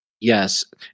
Yes